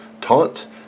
Taunt